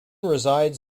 resides